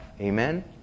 Amen